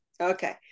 Okay